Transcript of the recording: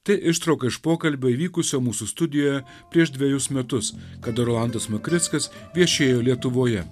tai ištrauka iš pokalbio įvykusio mūsų studijoje prieš dvejus metus kada rolandas makrickas viešėjo lietuvoje